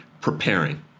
preparing